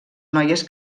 noies